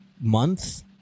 month